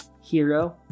Hero